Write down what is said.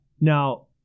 Now